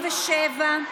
47)